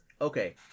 Okay